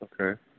Okay